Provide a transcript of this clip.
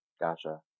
Gotcha